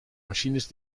machines